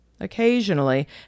Occasionally